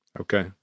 okay